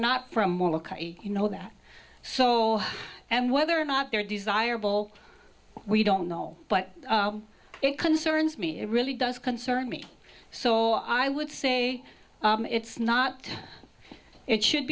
not from you know that so and whether or not they're desirable we don't know but it concerns me it really does concern me so i would say it's not it should